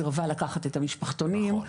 סירבה לקחת את המשפחתונים,